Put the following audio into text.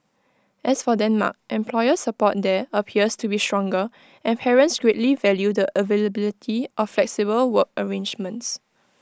as for Denmark employer support there appears to be stronger and parents greatly value the availability of flexible work arrangements